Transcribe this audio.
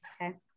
Okay